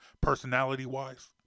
personality-wise